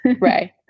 right